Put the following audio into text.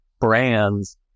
brands